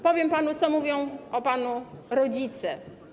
Powiem panu, co mówią o panu rodzice.